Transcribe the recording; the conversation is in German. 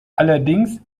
allerdings